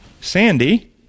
Sandy